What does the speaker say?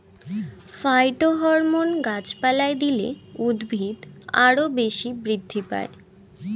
phytohormone গাছপালায় দিলে উদ্ভিদ আরও বেশি বৃদ্ধি পায়